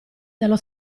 dallo